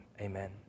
amen